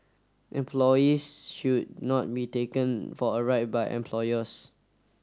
employees should not be taken for a ride by employers